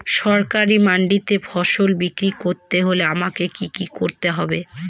সরকারি মান্ডিতে ফসল বিক্রি করতে হলে আমাকে কি কি করতে হবে?